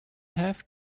have